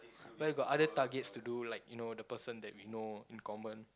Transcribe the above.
where got other targets to do like you know the person that we know in common